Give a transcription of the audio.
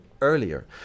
earlier